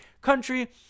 country